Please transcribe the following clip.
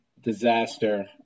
disaster